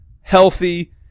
healthy